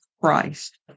christ